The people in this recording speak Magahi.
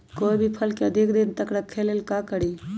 कोई भी फल के अधिक दिन तक रखे के लेल का करी?